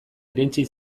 irentsi